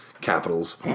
Capitals